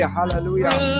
hallelujah